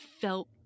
felt